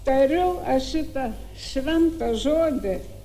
tariu aš šitą šventą žodį